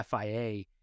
FIA